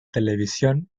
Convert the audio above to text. televisión